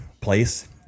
place